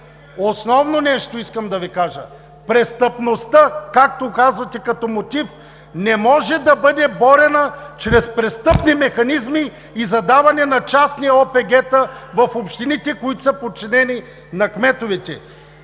Основно нещо искам да Ви кажа – престъпността, както казвате като мотив, не може да бъде борена чрез престъпни механизми и задаване на частни ОПГ-та в общините, които са подчинени на кметовете.